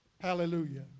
Hallelujah